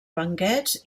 banquets